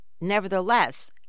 nevertheless